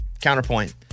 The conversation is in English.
counterpoint